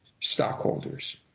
stockholders